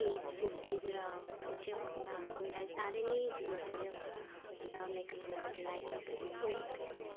at फिफ्टीतिर उठ्यौँ अन्त हामीलाई साह्रै नै ढिलो पऱ्यो अन्त मेकअप गर्नुको लागि पनि कोही थिएन